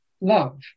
love